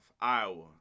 Iowa